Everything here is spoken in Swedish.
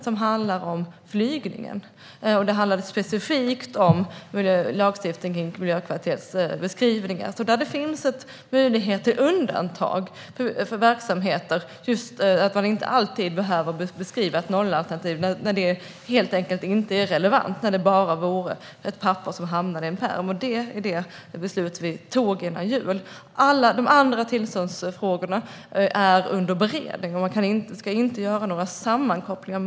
Det handlade om flygningen och specifikt om att lagstiftningen inkluderar en miljökvalitetsbeskrivning. Det finns möjligheter till undantag. Man behöver inte alltid beskriva ett nollalternativ där det inte är relevant, om det bara blir ett papper som hamnar i en pärm. Det var det beslut som vi fattade före jul. Alla andra tillståndsfrågor är under beredning. Men man ska inte göra någon sammankoppling.